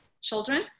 children